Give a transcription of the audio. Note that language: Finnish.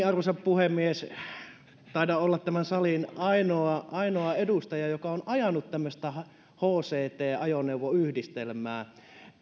arvoisa puhemies taidan olla tämän salin ainoa ainoa edustaja joka on ajanut tämmöistä hct ajoneuvoyhdistelmää